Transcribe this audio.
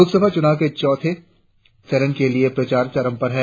लोकसभा चुनाव के चौथे के लिए प्रचार चरम गया है